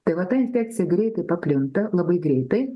tai va ta infekcija greitai paplinta labai greitai